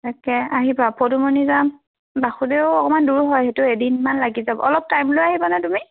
তাকে আহিবা পদুমণি যাম বাসুদেউ অকণমান দূৰ হয় সেইটো এদিনমান লাগি যাব অলপ টাইম লৈ আহিব নে তুমি